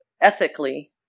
ethically